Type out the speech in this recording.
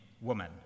woman